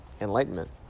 Enlightenment